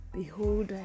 behold